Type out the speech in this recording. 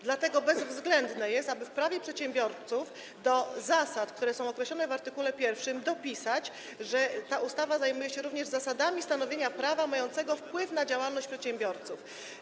Dlatego bezwzględne jest, aby w Prawie przedsiębiorców do zasad, które są określone w art. 1, dopisać, że ta ustawa zajmuje się również zasadami stanowienia prawa mającego wpływ na działalność przedsiębiorców.